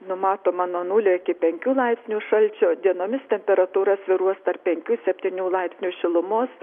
numatoma nuo nulio iki penkių laipsnių šalčio dienomis temperatūra svyruos tarp penkių septynių laipsnių šilumos